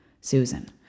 Susan